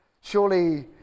Surely